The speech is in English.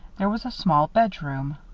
there was a small bedroom.